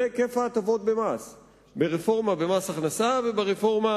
זה היקף הטבות המס ברפורמה במס הכנסה וברפורמה